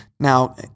Now